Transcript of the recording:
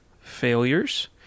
failures